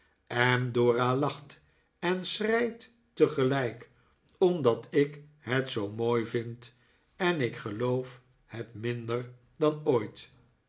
en dora lacht en schreit tegelijk omdat ik het zoo mooi vind en ik geloof het minder dan ooit